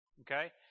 Okay